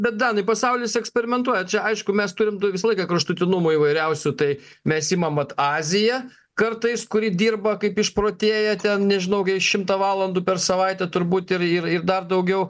danai pasaulis eksperimentuoja čia aišku mes turim tų visą laiką kraštutinumų įvairiausių tai mes imam vat aziją kartais kuri dirba kaip išprotėję ten nežinau gi šimtą valandų per savaitę turbūt ir ir ir dar daugiau